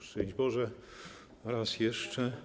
Szczęść Boże raz jeszcze.